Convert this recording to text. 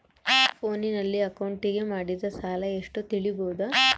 ಫೋನಿನಲ್ಲಿ ಅಕೌಂಟಿಗೆ ಮಾಡಿದ ಸಾಲ ಎಷ್ಟು ತಿಳೇಬೋದ?